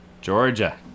georgia